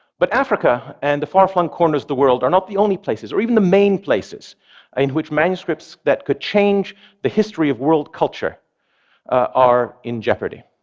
but africa, and the far-flung corners of the world, are not the only places, or even the main places in which manuscripts that could change the history of world culture are in jeopardy.